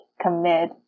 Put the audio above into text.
commit